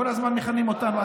כל הזמן מכנים אותנו,